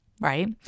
Right